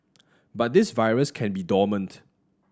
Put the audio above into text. but this virus can be dormant